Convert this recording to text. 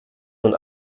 nun